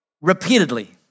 repeatedly